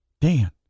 Dan